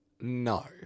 No